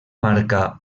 marca